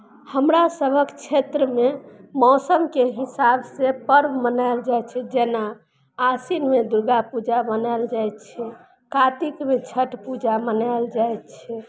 हमरा सभक क्षेत्रमे मौसमके हिसाबसँ पर्व मनाओल जाइ छै जेना आसिनमे दुर्गा पूजा मनाओल जाइ छै कार्तिकमे छठ पूजा मनाओल जाइ छै